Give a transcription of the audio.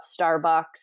Starbucks